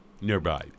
nearby